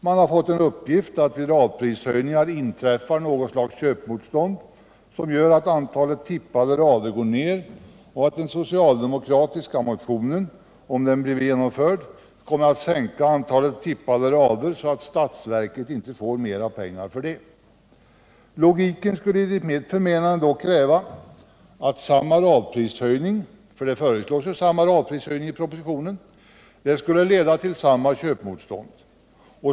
Man har fått en uppgift att vid radprishöjningar inträffar något slags köpmotstånd som gör att antalet tippade rader går ned och att det socialdemokratiska motionsförslaget, om det genomförs, kommer att sänka antalet tippade rader så att statsverket inte får mer pengar för det. Logiken skulle enligt mitt förmenande då kräva att samma radprishöjning — det föreslås ju samma radprishöjning i propositionen — skulle leda till samma köpmotstånd.